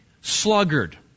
sluggard